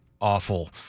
awful